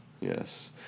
Yes